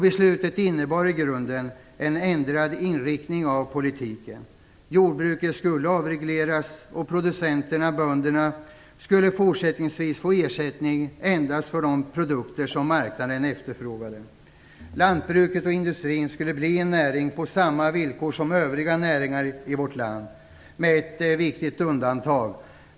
Beslutet innebar en i grunden ändrad inriktning av politiken. Jordbruket skulle avregleras och producenterna/bönderna skulle fortsättningsvis få ersättning endast för de produkter som marknaden efterfrågade. Lantbruket och industrin skulle bli en näring på samma villkor som övriga näringar i vårt land - med ett viktigt undantag.